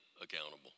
accountable